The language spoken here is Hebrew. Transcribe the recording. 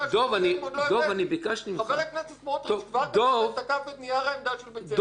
הוא תקף את נייר העמדה שלהם.